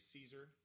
Caesar